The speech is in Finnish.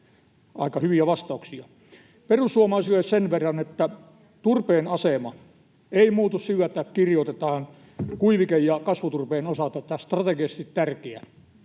Aika hyviä vastauksia. Perussuomalaisille sen verran, että turpeen asema ei muutu sillä, että kirjoitetaan kuivike- ja kasvuturpeen osalta, että strategisesti tärkeä.